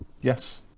yes